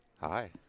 Hi